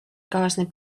kaasneb